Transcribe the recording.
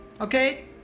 okay